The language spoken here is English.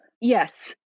yes